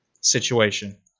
situation